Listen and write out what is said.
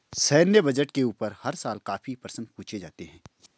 सैन्य बजट के ऊपर हर साल काफी प्रश्न पूछे जाते हैं